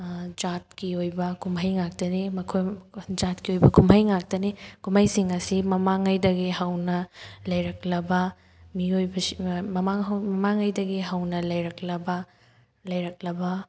ꯖꯥꯠꯀꯤ ꯑꯣꯏꯕ ꯀꯨꯝꯍꯩ ꯉꯥꯛꯇꯅꯤ ꯃꯈꯣꯏ ꯖꯥꯠꯀꯤ ꯑꯣꯏꯕ ꯀꯨꯝꯍꯩ ꯉꯥꯛꯇꯅꯤ ꯀꯨꯝꯍꯩꯁꯤꯡ ꯑꯁꯤ ꯃꯃꯥꯡꯉꯩꯗꯒꯤ ꯍꯧꯅ ꯂꯩꯔꯛꯂꯕ ꯃꯤꯑꯣꯏꯕꯁꯤ ꯃꯃꯥꯡ ꯃꯃꯥꯡꯉꯩꯗꯤ ꯍꯧꯅ ꯂꯩꯔꯛꯂꯕ ꯂꯩꯔꯛꯂꯕ